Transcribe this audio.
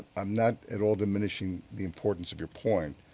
i'm not at all diminishing the importance of your point,